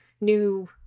new